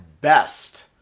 best